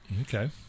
Okay